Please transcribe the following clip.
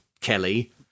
Kelly